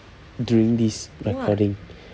during this recording